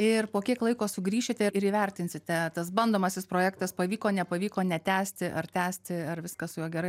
ir po kiek laiko sugrįšite ir įvertinsite tas bandomasis projektas pavyko nepavyko netęsti ar tęsti ar viskas su juo gerai